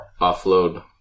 offload